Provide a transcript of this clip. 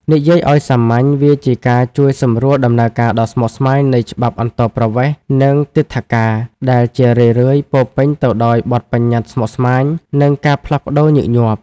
និយាយឱ្យសាមញ្ញ វាជាការជួយសម្រួលដំណើរការដ៏ស្មុគស្មាញនៃច្បាប់អន្តោប្រវេសន៍ និងទិដ្ឋាការ ដែលជារឿយៗពោរពេញទៅដោយបទប្បញ្ញត្តិស្មុគស្មាញ និងការផ្លាស់ប្តូរញឹកញាប់។